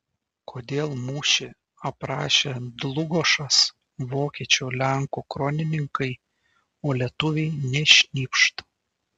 kodėl mūšį aprašė dlugošas vokiečių lenkų kronikininkai o lietuviai nė šnypšt